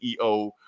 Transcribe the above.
CEO